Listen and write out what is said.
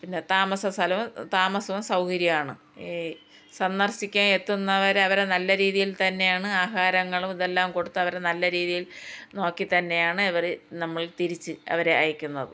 പിന്നെ താമസസ്ഥലോം താമസോം സൗകര്യമാണ് ഈ സന്ദർശിക്കാൻ എത്തുന്ന അവർ അവരെ നല്ല രീതിയിൽ തന്നെയാണ് ആഹാരങ്ങളും ഇതെല്ലാം കൊടുത്ത് നല്ല രീതിയിൽ നോക്കി തന്നെയാണ് ഇവരെ നമ്മൾ തിരിച്ച് അവരെ അയക്കുന്നത്